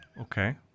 Okay